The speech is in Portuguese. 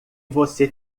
você